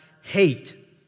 hate